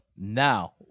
Now